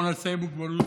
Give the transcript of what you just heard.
או ניעשה עם מוגבלות,